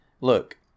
look